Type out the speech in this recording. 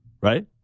right